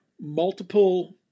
multiple